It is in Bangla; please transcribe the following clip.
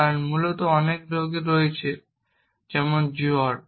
কারণ মূলত অনেক রোগ রয়েছে যেমন জ্বর